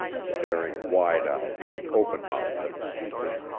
staring wide-eyed and open-mouthed at the speaker.